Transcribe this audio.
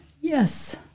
Yes